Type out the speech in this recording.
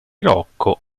rocco